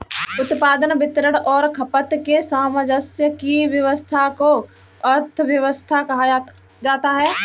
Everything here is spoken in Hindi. उत्पादन, वितरण और खपत के सामंजस्य की व्यस्वस्था को अर्थव्यवस्था कहा जाता है